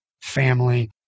family